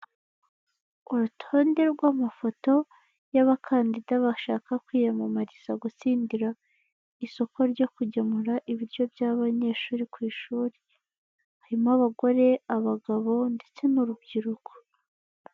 Urutonde rw'amafoto yabakandida bashaka kwiyamamariza gutsindira isoko ryo kugemura ibiryo by'abanyeshuri ku ishuri, harimo abagore, abagabo ndetse n'urubyiruko.